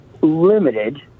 limited